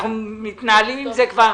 אנחנו מתנהלים עם זה כבר